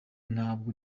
ntabwo